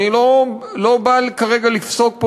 אני לא בא כרגע לפסוק פה,